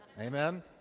amen